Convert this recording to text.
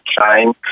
Shine